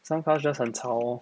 sometimes just 很吵 orh